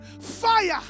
fire